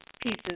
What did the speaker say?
pieces